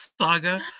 saga